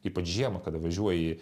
ypač žiemą kada važiuoji